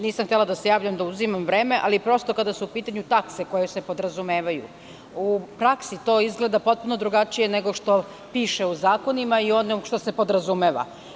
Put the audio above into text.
Nisam htela da se javljam, da uzimam vreme, ali kada su pitanju takse koje se podrazumevaju, u praksi to izgleda potpuno drugačije, nego što piše u zakonima i onog što se podrazumeva.